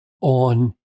on